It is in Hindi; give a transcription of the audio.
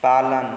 पालन